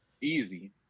Easy